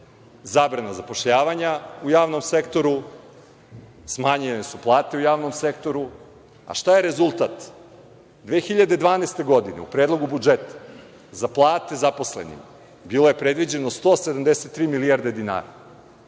zabrana zapošljavanja u javnom sektoru, smanjene su plate u javnom sektoru, a šta je rezultat? Godine 2012. u Predlogu budžeta za plate zaposlenima bilo je predviđeno 173 milijarde dinara.